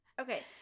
okay